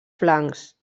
flancs